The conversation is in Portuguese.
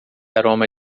aroma